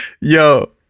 yo